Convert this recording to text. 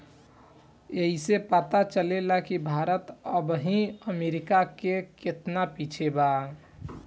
ऐइसे पता चलेला कि भारत अबही अमेरीका से केतना पिछे बा